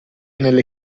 nelle